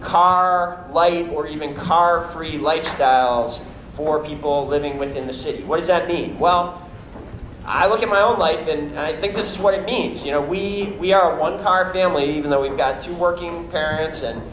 car light or even a car for you lifestyles for people living within the city what does that mean well i look at my own life and i think this what it means you know we we are one car family even though we've got two working parents and